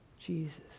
Jesus